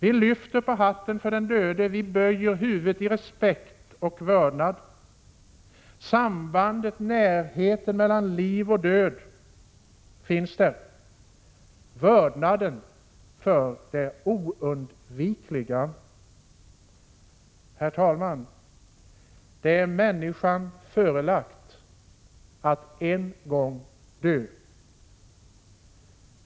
Vi lyfter på hatten för den döde, vi böjer huvudet i respekt och vördnad. Sambandet och närheten mellan liv och död finns där — vördnaden för det oundvikliga. Det är människan förelagt att en gång dö. Herr talman!